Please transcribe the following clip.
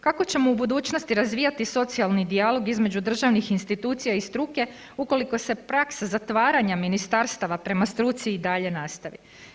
Kako ćemo u budućnosti razvijati socijalni dijalog između državnih institucija i struke ukoliko se praksa zatvaranja ministarstava prema struci i dalje nastavi?